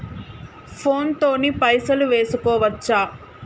Phone తోని పైసలు వేసుకోవచ్చా?